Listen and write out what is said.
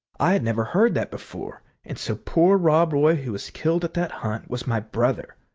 i had never heard that before and so poor rob roy who was killed at that hunt was my brother!